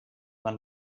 man